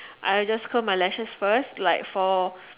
I just Curl my lashes first like for